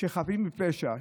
שחפים מפשע,